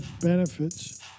benefits